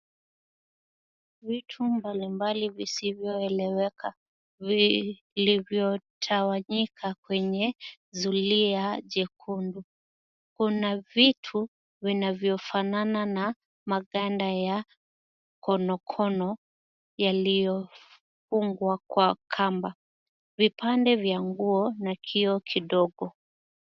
Vitu mbalimbali visivyoeleweka, vilivyotawanyika kwenye zulia jekundu. Kuna vitu vinavyofanana na maganda ya konokono yaliyofungwa kwa kamba. Vipande vya nguo na kioo kidogo.